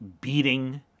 beating